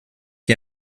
die